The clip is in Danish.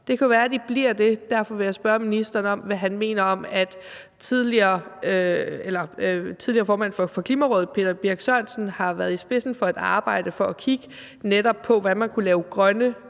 Det kan jo være, de bliver det, og derfor vil jeg spørge ministeren, hvad han mener om, at tidligere formand for Klimarådet Peter Birch Sørensen har været i spidsen for et arbejde med netop at kigge på, hvordan man kunne lave grønne